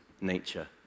nature